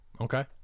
Okay